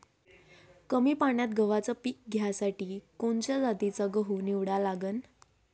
कमी पान्यात गव्हाचं पीक घ्यासाठी कोनच्या जातीचा गहू निवडा लागन?